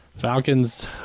Falcons